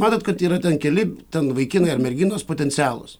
matot kad yra ten keli ten vaikinai ar merginos potencialūs